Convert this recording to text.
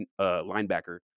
linebacker